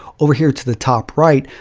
over here to the top right,